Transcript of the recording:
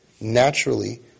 naturally